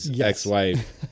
ex-wife